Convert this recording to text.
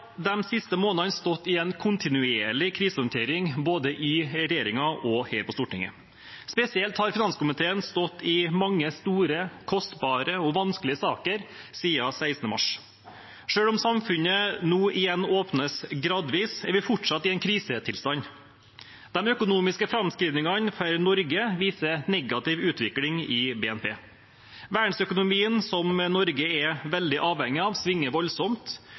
siste månedene stått i en kontinuerlig krisehåndtering, både i regjeringen og her på Stortinget. Spesielt har finanskomiteen stått i mange store, kostbare og vanskelige saker siden 16. mars. Selv om samfunnet nå åpnes gradvis igjen, er vi fortsatt i en krisetilstand. De økonomiske framskrivningene for Norge viser negativ utvikling i BNP. Verdensøkonomien, som Norge er veldig avhengig av, svinger voldsomt,